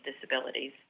disabilities